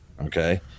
Okay